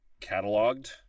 cataloged